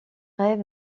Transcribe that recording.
rêvent